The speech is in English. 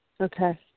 Okay